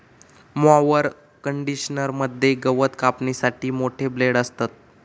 mower conditioner मध्ये गवत कापण्यासाठी मोठे ब्लेड असतत